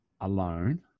alone